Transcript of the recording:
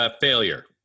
Failure